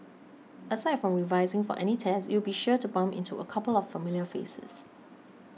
aside from revising for any tests you'll be sure to bump into a couple of familiar faces